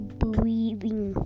breathing